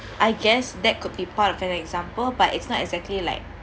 I guess that could be part of an example but it's not exactly like